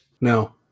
no